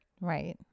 Right